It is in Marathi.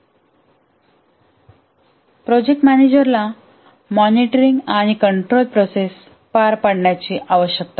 आणि प्रोजेक्ट मॅनेजरला मॉनिटरिंग आणि कंट्रोल प्रोसेस पार पाडण्याची आवश्यकता आहे